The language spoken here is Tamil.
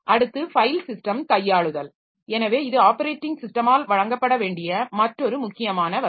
அடுத்து ஃபைல் ஸிஸ்டம் கையாளுதல் எனவே இது ஆப்பரேட்டிங் ஸிஸ்டமால் வழங்கப்பட வேண்டிய மற்றொரு முக்கியமான வசதி